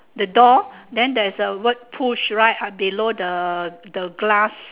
the door then there is a word push right below the the glass